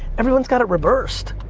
everyone's got it reversed.